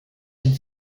den